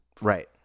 Right